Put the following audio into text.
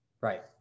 Right